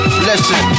Listen